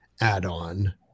add-on